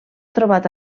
trobat